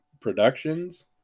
Productions